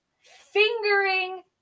fingering